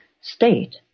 state